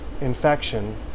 infection